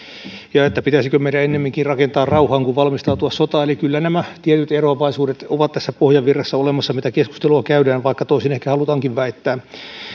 ja pitäisikö meidän ennemminkin rakentaa rauhaa kuin valmistautua sotaan eli kyllä nämä tietyt eroavaisuudet ovat tässä pohjavirrassa olemassa kun keskustelua käydään vaikka toisin ehkä halutaankin väittää